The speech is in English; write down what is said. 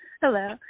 Hello